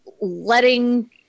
letting